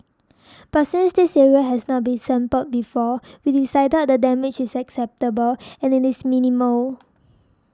but since this area has not been sampled before we decided the damage is acceptable and it is minimal